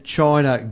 China